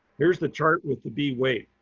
here's the chart with the bee weight.